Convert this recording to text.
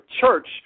church